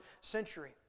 century